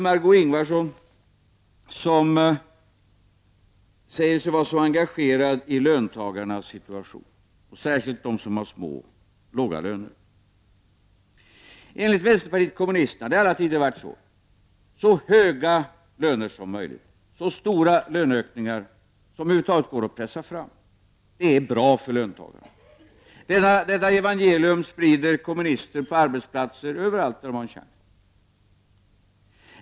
Margö Ingvardsson säger sig vara engagerad i löntagarnas situation och särskilt i situationen för dem som har låga löner. Vänsterpartiet kommunisterna har hela tiden sagt att så höga löner som möjligt, så stora löneökningar som över huvud taget går att pressa fram, är bra för löntagarna. Detta evangelium sprider kommunister på arbetsplatser överallt när de har en chans.